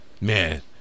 Man